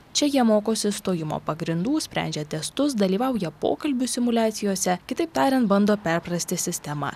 čia jie mokosi stojimo pagrindų sprendžia testus dalyvauja pokalbių simuliacijose kitaip tariant bando perprasti sistemą